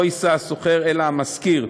לא יישא השוכר אלא המשכיר,